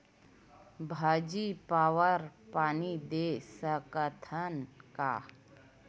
भाजी फवारा पानी दे सकथन का?